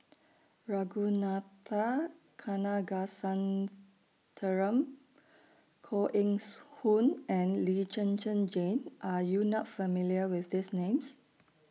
Ragunathar Kanagasuntheram Koh Eng Hoon and Lee Zhen Zhen Jane Are YOU not familiar with These Names